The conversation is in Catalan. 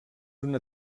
una